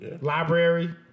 Library